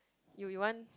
you you want